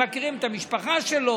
הם מכירים את המשפחה שלו,